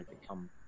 become